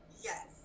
Yes